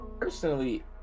Personally